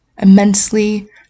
immensely